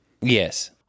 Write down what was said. Yes